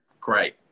Great